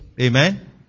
Amen